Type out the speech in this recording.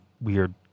weird